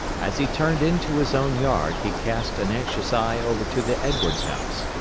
as he turned into his own yard, he cast an anxious eye over to the edwards house.